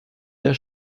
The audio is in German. der